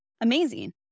amazing